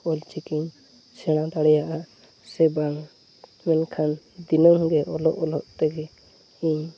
ᱚᱞ ᱪᱤᱠᱤᱧ ᱥᱮᱬᱟ ᱫᱟᱲᱮᱭᱟᱜᱼᱟ ᱥᱮ ᱵᱟᱝ ᱢᱮᱱᱠᱷᱟᱱ ᱫᱤᱱᱟᱹᱢᱜᱮ ᱚᱞᱚᱜᱼᱚᱞᱚᱜᱛᱮᱜᱮ ᱤᱧ